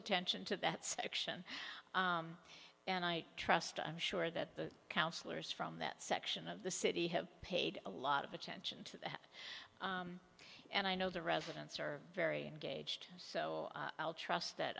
attention to that section and i trust i'm sure that the councillors from that section of the city have paid a lot of attention to that and i know the residents are very engaged so i'll trust that